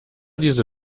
diese